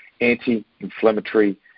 anti-inflammatory